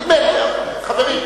נדמה לי, חברים.